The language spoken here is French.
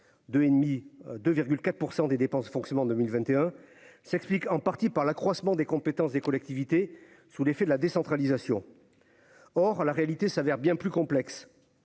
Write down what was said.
4 % des dépenses de fonctionnement 2021 s'explique en partie par l'accroissement des compétences des collectivités sous l'effet de la décentralisation, or la réalité s'avère bien plus complexe,